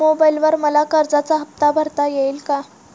मोबाइलवर मला कर्जाचा हफ्ता भरता येईल का?